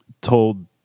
told